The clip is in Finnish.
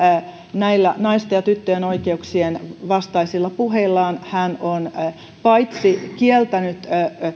näillä naisten ja tyttöjen oikeuksien vastaisilla puheillaan hän on paitsi kieltänyt